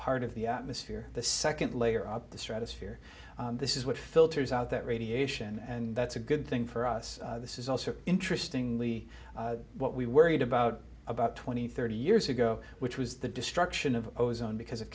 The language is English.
part of the atmosphere the second layer of the stratosphere this is what filters out that radiation and that's a good thing for us this is also interesting lee what we worried about about twenty thirty years ago which was the destruction of ozone because of